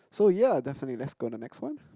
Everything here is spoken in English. so ya definitely let's go on next one